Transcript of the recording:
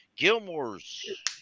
Gilmore's